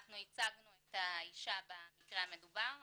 אנחנו ייצגנו את האישה במקרה המדובר,